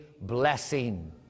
blessing